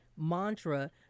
mantra